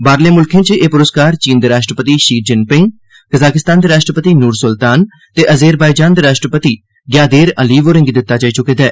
बाहरले मुल्खें च एह् पुरस्कार चीन दे राष्ट्रपति शी जिनपिंग कजाकिस्तान दे राष्ट्रपति नूर सुल्तान ते अजेरबाईजान दे राष्ट्रपति ज्ञादेर अलीव होरें'गी दित्ता जाई चुके दा ऐ